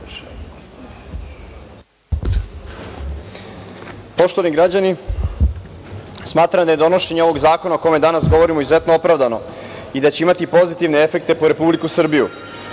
Poštovani građani, smatra da je donošenje ovog zakona o kome danas govorimo izuzetno opravdano i da će imati pozitivne efekte po Republiku Srbiju.